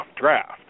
draft